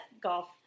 golf